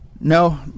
no